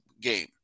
game